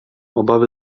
obawy